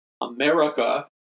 America